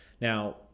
Now